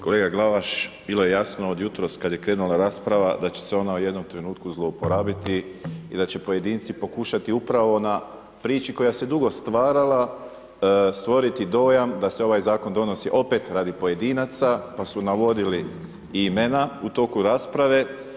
Kolega Glavaš, bilo je jasno od jutros kada je krenula rasprava da će se ona u jednom trenutku zlouporabiti i da će pojedinci pokušati upravo na priči koja se dugo stvarala stvoriti dojam da se ovaj zakon donosi opet radi pojedinaca, pa su navodili i imena u toku rasprave.